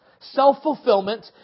self-fulfillment